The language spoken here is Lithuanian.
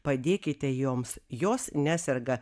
padėkite joms jos neserga